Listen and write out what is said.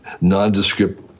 nondescript